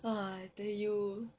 !wah! I tell you